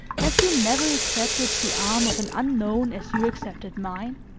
have you never accepted the arm of an unknown as you accepted mine?